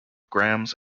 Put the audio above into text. grams